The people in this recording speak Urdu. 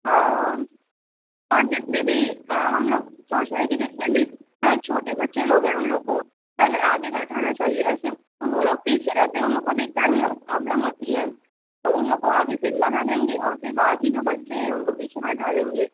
ہاں ہاں اور جتنی بھی ہم لوگ سوچ رہے ہیں کہ جتنے بھی چھوٹے بچے لوگ ہیں ان لوگ کو پہلے آگے بیٹھانا چاہیے ایسے وہ لوگ پیچھے رہتے ہیں ان لوگوں کو دکھتا نہیں ہے بہت برابلم ہوتی ہے تو ان لوگوں کو آگے سیٹ لگا دیں گے اور پھر باقی جو بچے ہیں ان کو پیچھے بیٹھا دیں گے